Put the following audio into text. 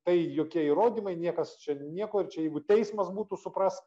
tai jokie įrodymai niekas čia nieko ir čia jeigu teismas būtų supras